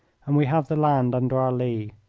and we have the land under our lee.